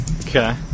Okay